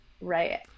right